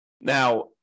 Now